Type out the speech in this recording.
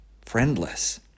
friendless